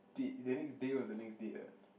date the next day was the next date what